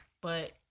But-